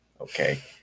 Okay